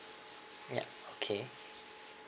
ya okay